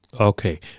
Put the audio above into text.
Okay